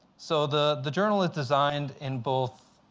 so the the journal is designed in both